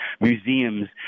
museums